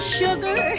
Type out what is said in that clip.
sugar